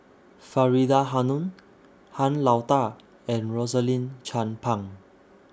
Faridah Hanum Han Lao DA and Rosaline Chan Pang